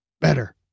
Better